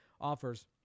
offers